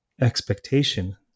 expectation